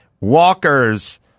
Walker's